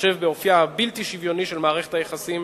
בהתחשב באופיה הבלתי-שוויוני של מערכת היחסים